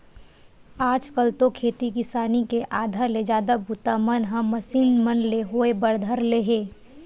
आज कल तो खेती किसानी के आधा ले जादा बूता मन ह मसीन मन ले होय बर धर ले हे